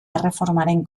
erreformaren